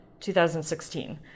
2016